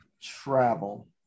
travel